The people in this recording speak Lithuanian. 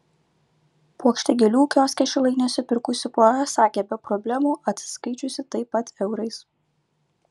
puokštę gėlių kioske šilainiuose pirkusi pora sakė be problemų atsiskaičiusi taip pat eurais